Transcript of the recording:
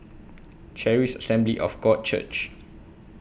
Charis Assembly of God Church